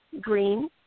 green